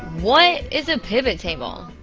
what is a pivot table?